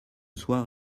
soir